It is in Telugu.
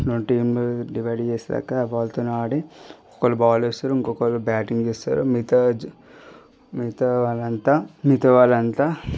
టీంనీ డివైడ్ చేశాక ఆ బాల్తో ఆడి ఒకరు బాల్ వేస్తారు ఇంకొకరు బ్యాటింగ్ చేస్తారు మిగతా జా మిగతా వాళ్ళు అంతా మిగతా వాళ్ళు అంతా